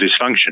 dysfunction